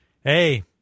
Hey